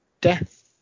Death